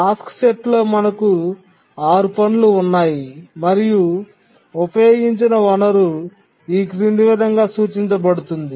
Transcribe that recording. task సెట్లో మనకు 6 పనులు ఉన్నాయి మరియు ఉపయోగించిన వనరు ఈ క్రింది విధంగా సూచించబడుతుంది